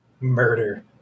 Murder